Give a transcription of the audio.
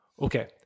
Okay